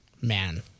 Man